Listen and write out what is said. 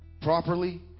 Properly